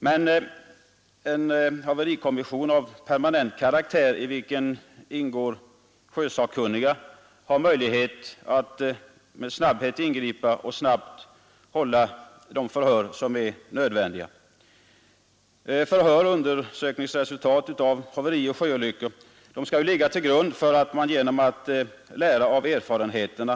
Men en haverikommission av permanent karaktär i vilken ingår sjösakkunniga har möjligheter att ingripa raskt och att snabbt hålla de nödvändiga förhören. De undersökningar som därvid görs och de förhörsprotokoll som därvid upprättas skall ligga till grund för bedömningarna, så att man kan lära av erfarenheterna.